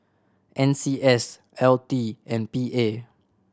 N C S L T and P A